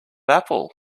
apple